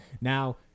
Now